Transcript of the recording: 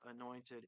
anointed